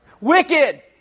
wicked